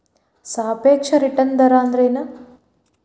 ಸಾಪೇಕ್ಷ ರಿಟರ್ನ್ ದರ ಅಂದ್ರೆನ್